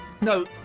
No